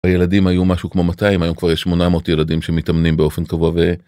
הילדים היו משהו כמו 200 היום כבר יש 800 ילדים שמתאמנים באופן קבוע.